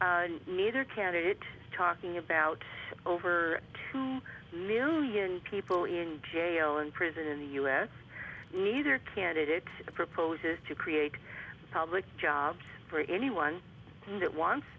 neither candidate is talking about over two million people in jail in prison in the us neither candidate proposes to create public jobs for anyone that